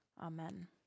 Amen